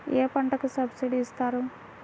ఏ పంటకు సబ్సిడీ ఇస్తారు?